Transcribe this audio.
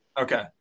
Okay